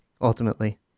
ultimately